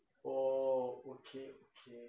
oh okay okay